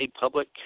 public